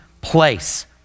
place